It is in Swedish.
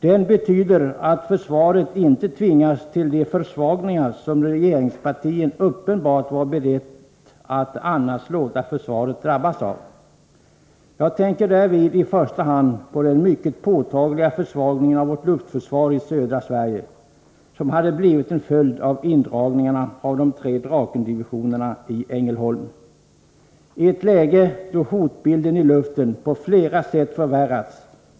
Den betyder att försvaret inte tvingas till de försvagningar som regeringspartiet uppenbart var berett att annars låta försvaret drabbas av. Jag tänker därvid i första hand på den mycket påtagliga försvagning av luftförsvaret i södra Sverige som hade blivit en följd av indragning av de tre drakendivisionerna i Ängelholm, i ett läge då hotbilden i luften på flera sätt förvärrats.